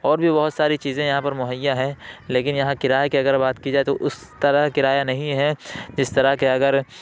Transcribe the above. اور بھی بہت ساری چیزیں یہاں پر مہیا ہیں لیکن یہاں کرایے کی اگر بات کی جائے تو اس طرح کرایہ نہیں ہے جس طرح کہ اگر